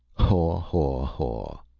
haw-haw-haw.